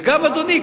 וגם אדוני,